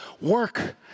work